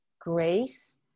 grace